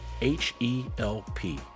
H-E-L-P